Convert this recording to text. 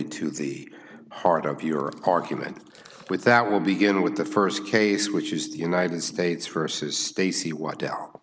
to the heart of your argument with that will begin with the st case which is the united states versus stacey